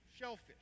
shellfish